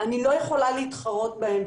אני לא יכולה להתחרות בהם,